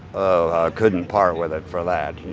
oh, i couldn't part with it for that,